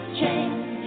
change